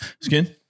Skin